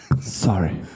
Sorry